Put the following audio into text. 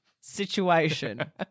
situation